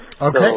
Okay